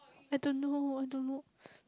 I don't know I don't know